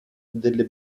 delle